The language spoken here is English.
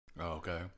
okay